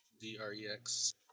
D-R-E-X